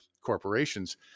corporations